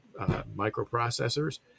microprocessors